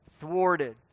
thwarted